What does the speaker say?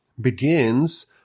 begins